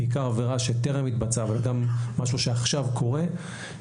בעיקר עבירה שטרם התבצעה אבל גם משהו שעכשיו קורה,